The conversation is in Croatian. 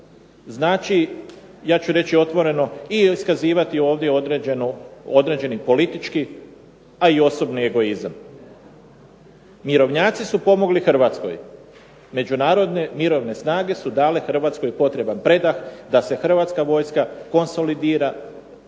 Znači ja ću reći otvoreno i iskazivati ovdje određeni politički, pa i osobni egoizam. Mirovnjaci su pomogli Hrvatskoj. Međunarodne mirovne snage su dale Hrvatskoj potreban predah da se Hrvatska vojska konsolidira